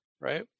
right